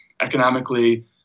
economically